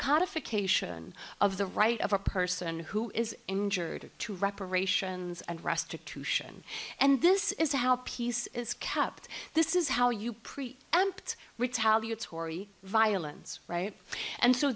occasion of the right of a person who is injured to reparations and restitution and this is how peace is kept this is how you preach empt retaliatory violence right and so